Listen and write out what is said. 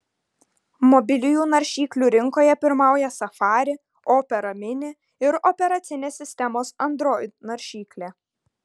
mobiliųjų naršyklių rinkoje pirmauja safari opera mini ir operacinės sistemos android naršyklė